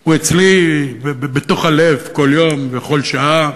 הוא אצלי בתוך הלב כל יום וכל שעה.